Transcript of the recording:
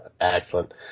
Excellent